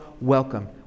welcome